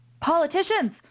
Politicians